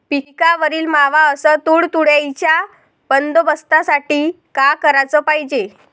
पिकावरील मावा अस तुडतुड्याइच्या बंदोबस्तासाठी का कराच पायजे?